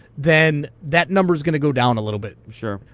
then that number is going to go down a little bit. sure.